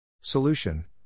Solution